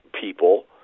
people